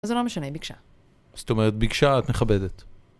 זה לא משנה, היא ביקשה. זאת אומרת, ביקשה, את מכבדת.